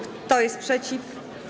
Kto jest przeciw?